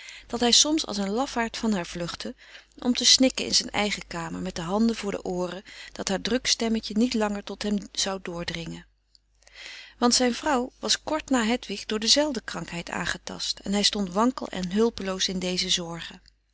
dat hij soms als een lafaard van haar vluchtte om te snikken in zijn eigen kamer met de handen voor de ooren dat haar druk stemmetje niet langer tot hem zou doordringen want zijn vrouw was kort na hedwig door dezelfde krankheid aangetast en hij stond wankel en hulpeloos in deze zorgen